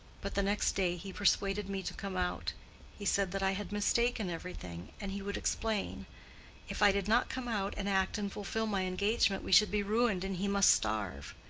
but the next day he persuaded me to come out he said that i had mistaken everything, and he would explain if i did not come out and act and fulfill my engagement, we should be ruined and he must starve.